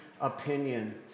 opinion